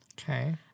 Okay